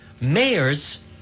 mayors